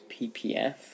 PPF